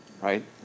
right